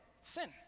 sin